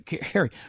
Harry